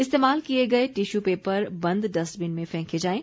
इस्तेमाल किए गए टिश्यू पेपर बंद डस्टबिन में फेंके जाएं